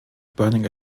burning